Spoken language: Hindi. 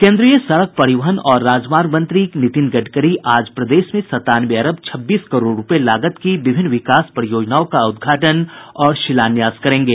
केन्द्रीय सड़क परिवहन और राजमार्ग मंत्री नितिन गडकरी आज प्रदेश में सत्तानवे अरब छब्बीस करोड़ रुपए लागत की विभिन्न विकास परियोजनाओं का उद्घाटन और शिलान्यास करेंगे